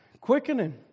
Quickening